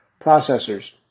processors